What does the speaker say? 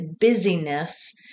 busyness